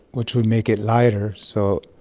which would make it lighter, so.